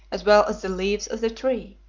as well as the leaves of the tree.